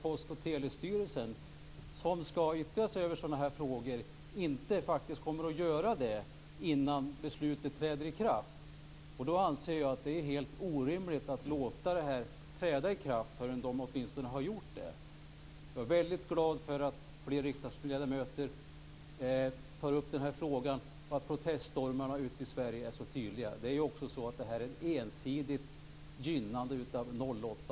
Post och telestyrelsen, som skall yttra sig i sådana frågor, kommer inte att uttala sig innan beslutet träder i kraft. Jag anser att det är helt orimligt att låta beslutet träda i kraft innan det har kommit ett uttalande. Jag är glad för att fler riksdagsledamöter tar upp denna fråga och att proteststormarna i Sverige är så tydliga. Det här är ett ensidigt gynnande av 08